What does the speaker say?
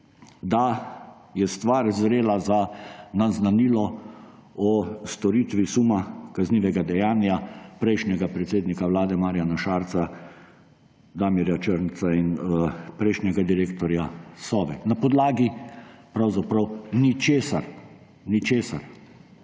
da je stvar zrela za naznanilo o storitvi suma kaznivega dejanja prejšnjega predsednika vlade Marjana Šarca, Damirja Črnca in prejšnjega direktorja Sove na podlagi pravzaprav ničesar.